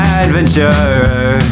adventurer